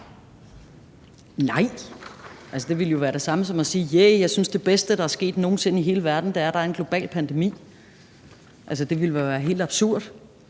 det ville jo være det samme som at sige: Juhu, jeg synes, at det bedste, der nogen sinde er sket i hele verden, er, at der er en global pandemi. Det ville jo være helt absurd.